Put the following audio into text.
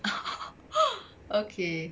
okay